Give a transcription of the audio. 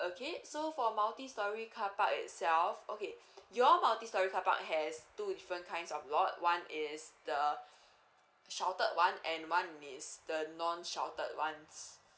okay so for multi storey carpark itself okay your multistorey carpark has two different kinds of lot one is the sheltered one and one is the non sheltered ones